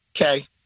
okay